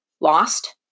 lost